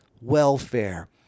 welfare